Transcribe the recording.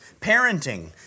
parenting